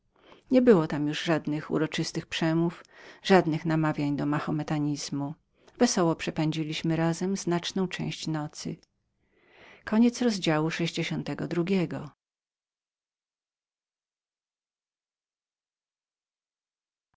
nie było już żadnych uroczystych przemów żadnych namawiań do mahometanizmu wesoło przepędziliśmy razem znaczną część nocy